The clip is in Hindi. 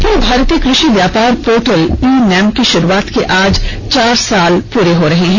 अखिल भारतीय कृषि व्यापार पोर्टल ई नैम की शुरुआत के आज चार वर्ष पूरे हो रहे हैं